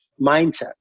mindset